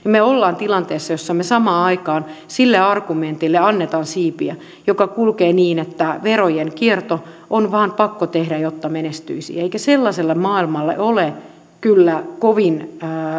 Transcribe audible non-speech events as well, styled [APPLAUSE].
[UNINTELLIGIBLE] me olemme tilanteessa jossa me samaan aikaan sille argumentille annamme siipiä joka kulkee niin että verojen kierto on vain pakko tehdä jotta menestyisi eikä sellaiselle maailmalle ole kyllä kovin